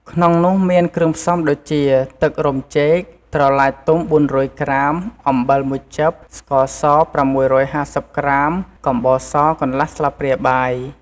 ក្នុងនោះមានគ្រឿងផ្សំដូចជា ទឹករំចេក ត្រឡាចទុំ ៤០០ក្រាម អំបិលមួយចឹប ស្ករស ៦៥០ក្រាម កំបោរសកន្លះស្លាព្រាបាយ។